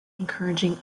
encouraging